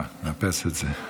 לצערי הרב,